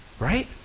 Right